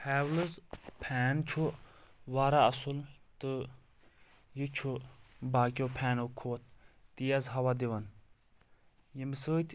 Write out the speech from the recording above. Havells fan چھُ واریاہ اَصٕل تہٕ یہِ چھُ باقِیَو فینو کھۄتہٕ تیز ہَوا دِون ییٚمہِ سۭتۍ